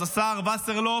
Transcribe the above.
השר וסרלאוף,